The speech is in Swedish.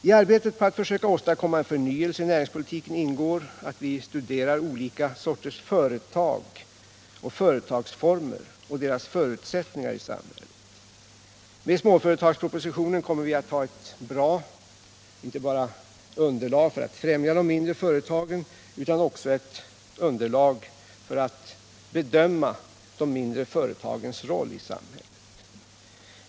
I arbetet på att försöka åstadkomma en förnyelse av näringspolitiken ingår att vi studerar olika sorters företag och företagsformer samt deras förutsättningar i samhället. Med småföretagspropositionen kommer vi att få ett bra underlag inte bara för att främja de mindre företagen utan också för att bedöma deras roll i samhället.